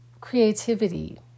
creativity